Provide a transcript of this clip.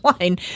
line